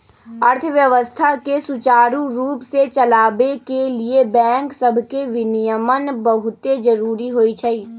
अर्थव्यवस्था के सुचारू रूप से चलाबे के लिए बैंक सभके विनियमन बहुते जरूरी होइ छइ